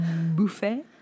Buffet